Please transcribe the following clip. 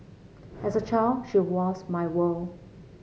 as a child she was my world